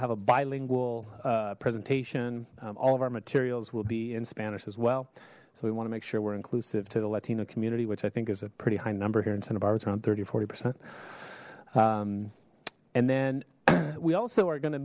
have a bilingual presentation all of our materials will be in spanish as well so we want to make sure we're inclusive to the latino community which i think is a pretty high number here in santa barbara's around thirty or forty percent and then we also are going to